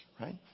right